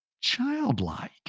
childlike